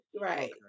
Right